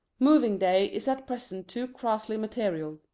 moving day is at present too crassly material.